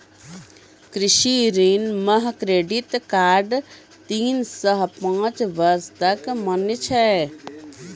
कृषि ऋण मह क्रेडित कार्ड तीन सह पाँच बर्ष तक मान्य छै